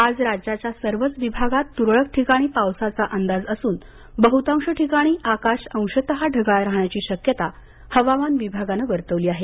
आज राज्याच्या सर्वच विभागात तुरळक ठिकाणी पावसाचा अंदाज असून बहुतांश ठिकाणी आकाश अंशतः ढगाळ राहण्याची शक्यता हवामान विभागानं वर्तवली आहे